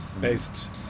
based